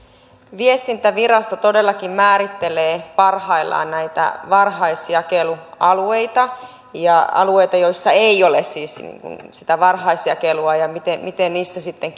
viestintävirasto todellakin määrittelee parhaillaan näitä varhaisjakelualueita ja alueita joissa ei siis ole sitä varhaisjakelua ja sitä miten niissä sitten